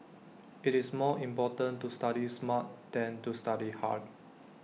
IT is more important to study smart than to study hard